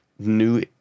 New